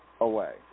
away